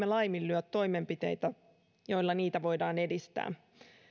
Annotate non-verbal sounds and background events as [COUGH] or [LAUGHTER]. [UNINTELLIGIBLE] laiminlyö toimenpiteitä joilla niitä voidaan edistää